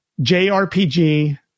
JRPG